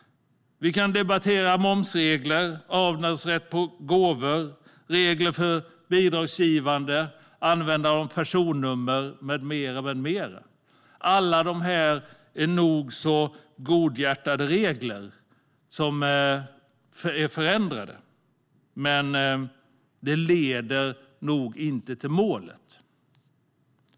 Vi kan debattera momsregler, avdragsrätt på gåvor, regler för bidragsgivande, användande av personnummer med mera. Alla dessa nog så godhjärtade regler har ändrats, men det leder nog inte till målet.